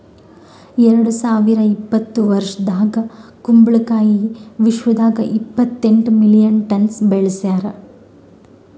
ಎರಡು ಸಾವಿರ ಇಪ್ಪತ್ತು ವರ್ಷದಾಗ್ ಕುಂಬಳ ಕಾಯಿ ವಿಶ್ವದಾಗ್ ಇಪ್ಪತ್ತೆಂಟು ಮಿಲಿಯನ್ ಟನ್ಸ್ ಬೆಳಸ್ಯಾರ್